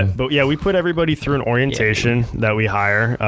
and but yeah, we put everybody through an orientation that we hire.